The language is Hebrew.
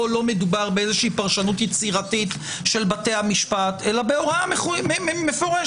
פה לא מדובר בפרשנות יצירתיות של בתי המשפט אלא בהוראה מפורשת.